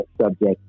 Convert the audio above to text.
subject